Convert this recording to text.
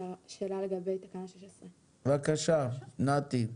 בבקשה נתי,